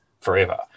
forever